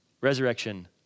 Resurrection